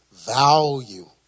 value